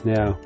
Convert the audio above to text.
Now